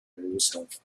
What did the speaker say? himself